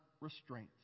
restraint